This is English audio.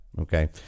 Okay